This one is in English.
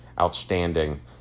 outstanding